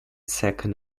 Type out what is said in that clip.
second